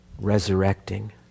resurrecting